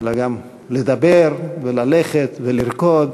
אלא גם לדבר, ללכת ולרקוד,